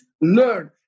learn